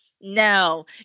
no